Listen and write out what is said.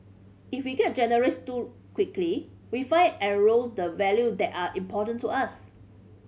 if we get generous too quickly we find erodes the values that are important to us